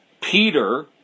Peter